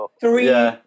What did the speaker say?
Three